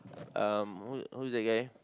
um who who's that guy